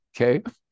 Okay